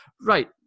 right